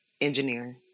Engineering